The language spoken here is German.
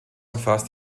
umfasst